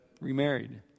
remarried